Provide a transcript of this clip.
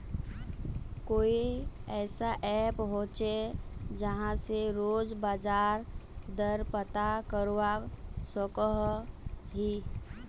कोई ऐसा ऐप होचे जहा से रोज बाजार दर पता करवा सकोहो ही?